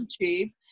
YouTube